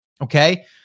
Okay